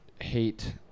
hate